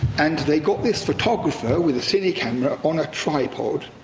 and they got this photographer with a cine camera on a tripod.